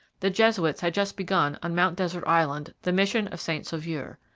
the jesuits had just begun on mount desert island the mission of st sauveur.